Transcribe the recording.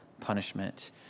punishment